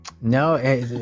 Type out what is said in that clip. no